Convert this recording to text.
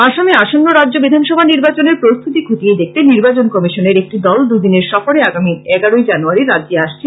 আসামে আসন্ন রাজ্য বিধানসভা নির্বাচনের প্রস্তুতি খতিয়ে দেখতে নির্বাচন কমিশনের একটি দল দুদিনের সফরে আগামী এগারোই জানুয়ারি রাজ্যে আসছে